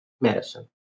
medicine